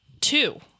two